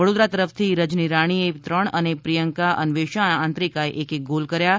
વડોદરા તરફથી રજની રાણી એ ત્રણ અને પ્રિયંકા અનવેશા અને આંતરિકાએ એક એક ગોલ કર્યા હતા